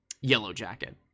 Yellowjacket